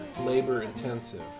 labor-intensive